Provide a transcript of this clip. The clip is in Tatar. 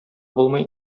булмый